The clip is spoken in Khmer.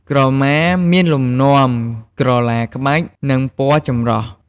ក្រមាមានលំនាំក្រឡាក្បាច់ និងពណ៌ចម្រុះ។